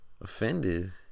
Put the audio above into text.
Offended